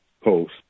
post